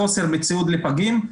חוסר בציוד לפגים,